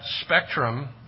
spectrum